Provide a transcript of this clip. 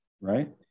right